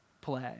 Play